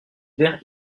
vert